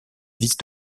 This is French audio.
vice